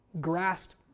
grasped